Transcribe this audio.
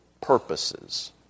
purposes